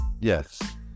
Yes